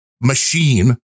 machine